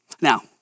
Now